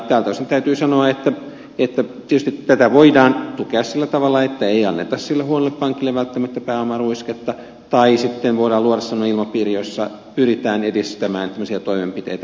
tältä osin täytyy sanoa että tietysti tätä voidaan tukea sillä tavalla että ei anneta sille huonolle pankille välttämättä pääomaruisketta tai sitten voidaan luoda sellainen ilmapiiri jossa pyritään edistämään tämmöisiä toimenpiteitä